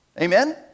Amen